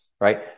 Right